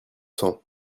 cent